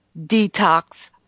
detox